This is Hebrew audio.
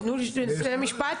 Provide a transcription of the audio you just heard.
תנו לסיים משפט.